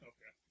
Okay